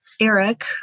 Eric